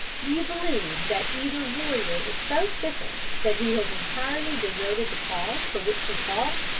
do you believe that either warrior is so fickle that he has entirely deserted the cause for which he fought?